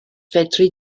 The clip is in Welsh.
fedri